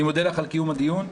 אני מודה לך על קיום הדיון,